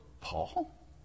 Paul